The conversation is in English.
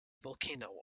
volcano